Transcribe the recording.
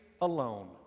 ALONE